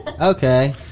Okay